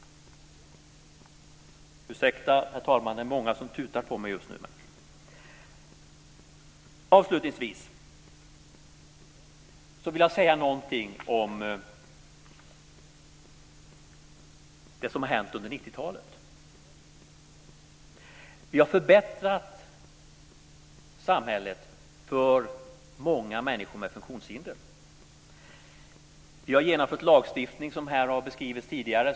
Slutligen vill jag säga någonting om det som hänt under 90-talet. Vi har förbättrat samhället för många människor med funktionshinder. Vi har genomfört lagstiftning, som här har beskrivits tidigare.